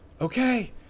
Okay